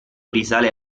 risale